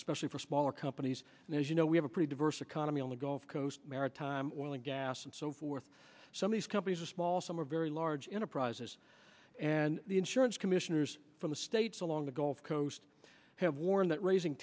especially for smaller companies and as you know we have a pretty diverse economy on the gulf coast maritime oil and gas and so forth some of these companies are small some are very large enterprises and the insurance commissioners from the states along the gulf coast have warned that raising